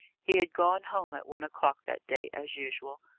he had gone home at one o'clock that day, as usual.